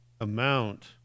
amount